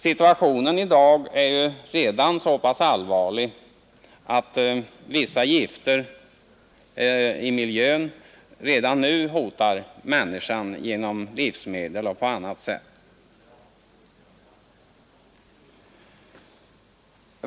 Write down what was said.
Situationen i dag är så allvarlig att vissa gifter i miljön redan nu hotar människan genom livsmedel och på annat sätt.